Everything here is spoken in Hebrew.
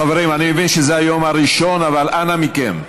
חברים, אני מבין שזה היום הראשון, אבל אנא מכם,